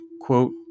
quote